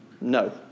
No